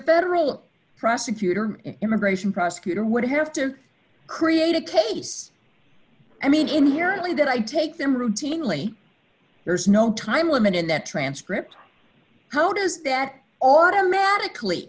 federal prosecutor immigration prosecutor would have to create a case i mean inherently that i take them routinely there's no time limit in that transcript how does that automatically